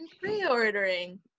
pre-ordering